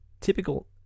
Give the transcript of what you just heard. Typical